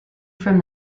from